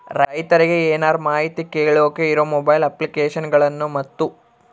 ರೈತರಿಗೆ ಏನರ ಮಾಹಿತಿ ಕೇಳೋಕೆ ಇರೋ ಮೊಬೈಲ್ ಅಪ್ಲಿಕೇಶನ್ ಗಳನ್ನು ಮತ್ತು?